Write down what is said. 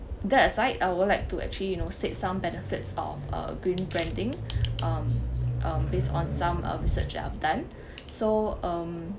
that aside I would like to actually you know state some benefits of uh green branding um um based on some uh research that I've done so um